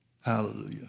Hallelujah